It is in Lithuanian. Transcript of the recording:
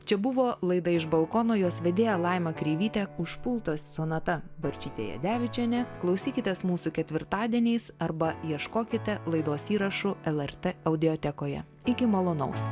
čia buvo laida iš balkono jos vedėja laima kreivytė už pulto sonata barčytė jedevičienė klausykitės mūsų ketvirtadieniais arba ieškokite laidos įrašų lrt audiotekoje iki malonaus